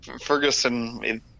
Ferguson